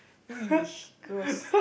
!ee! gross